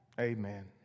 Amen